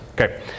Okay